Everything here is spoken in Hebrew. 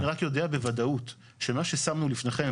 אני רק יודע בוודאות שמה ששמנו בפניכם,